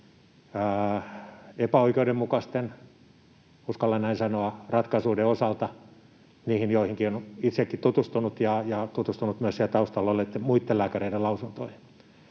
epäoikeudenmukaisten — uskallan näin sanoa — ratkaisujen osalta. Niihin joihinkin olen itsekin tutustunut ja olen tutustunut myös siellä taustalla olleitten muitten lääkäreiden lausuntoihin.